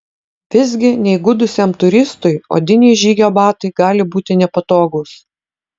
visgi neįgudusiam turistui odiniai žygio batai gali būti nepatogūs